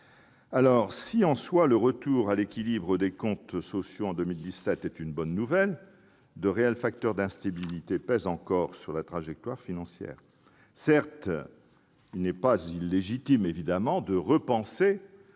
Si, en soi, le retour à l'équilibre des comptes sociaux en 2017 est une bonne nouvelle, de réels facteurs d'instabilité pèsent encore sur la trajectoire financière des ASSO. Certes, il n'est pas illégitime de repenser